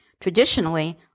Traditionally